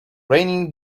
raining